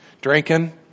drinking